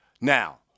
Now